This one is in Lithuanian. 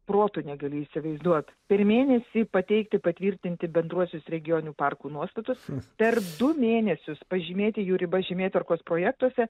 protu negali įsivaizduot per mėnesį pateikti patvirtinti bendruosius regioninių parkų nuostatus per du mėnesius pažymėti jų ribas žemėtvarkos projektuose